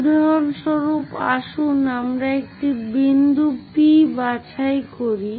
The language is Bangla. উদাহরণস্বরূপ আসুন আমরা একটি বিন্দু P বাছাই করি